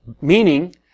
Meaning